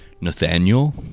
Nathaniel